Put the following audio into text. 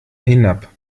hinab